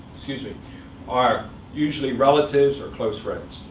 excuse me are usually relatives or close friends,